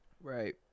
right